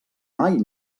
mai